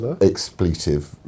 expletive